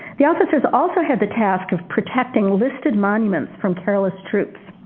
the officers also had the task of protecting listed monuments from careless troops.